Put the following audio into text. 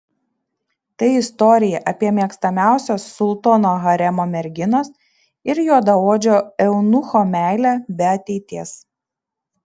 tai istorija apie mėgstamiausios sultono haremo merginos ir juodaodžio eunucho meilę be ateities